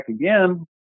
again